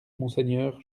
monseigneur